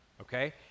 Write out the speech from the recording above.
okay